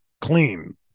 clean